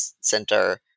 Center